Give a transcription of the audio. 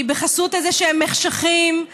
שהיא בחסות איזשהם מחשכים,